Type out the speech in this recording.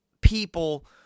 people